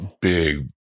big